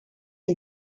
ihm